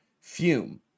Fume